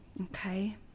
Okay